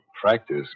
Practice